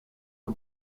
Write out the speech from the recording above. the